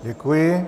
Děkuji.